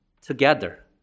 together